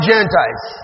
Gentiles